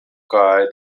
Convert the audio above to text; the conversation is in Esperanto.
kaj